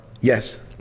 Yes